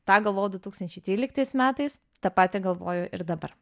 tą galvojau du tūkstančiai tryliktais metais tą patį galvoju ir dabar